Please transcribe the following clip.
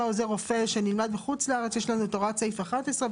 עוזר רופא שנלמד בחוץ לארץ יש לנו את הוראות סעיף 11,